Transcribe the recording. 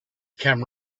came